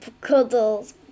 cuddles